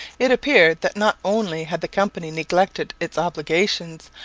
it appeared that not only had the company neglected its obligations,